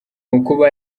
ukuba